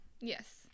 Yes